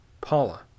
Paula